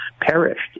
perished